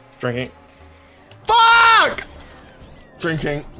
drinking fuck drinking